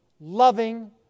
loving